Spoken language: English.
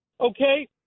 okay